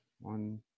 one